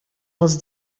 els